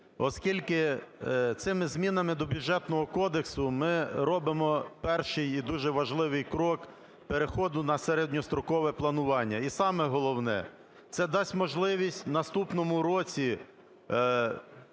оскільки цими змінами до Бюджетного кодексу ми робимо перший і дуже важливий крок переходу на середньострокове планування, і саме головне, це дасть можливість в наступному році